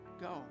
go